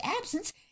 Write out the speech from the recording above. absence